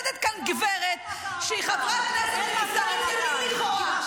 חברת הכנסת יוליה מלינובסקי, תודה רבה.